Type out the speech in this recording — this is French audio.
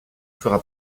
fera